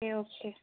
okay okay